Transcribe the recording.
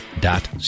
dot